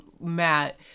Matt